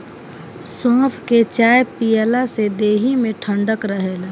सौंफ के चाय पियला से देहि में ठंडक रहेला